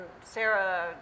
Sarah